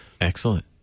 Excellent